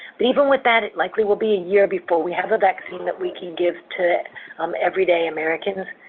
but even with that, it likely will be a year before we have a vaccine that we can give to um everyday americans.